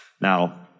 Now